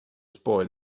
spoil